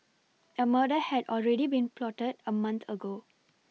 A murder had already been plotted a month ago